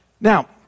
Now